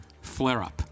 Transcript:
flare-up